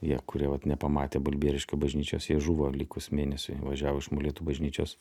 jie kurie vat nepamatė balbieriškio bažnyčios jie žuvo likus mėnesiui važiavo iš molėtų bažnyčios